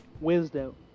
wisdom